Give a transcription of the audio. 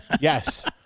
Yes